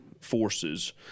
forces